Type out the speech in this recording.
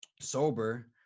sober